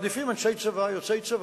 יוצאי צבא,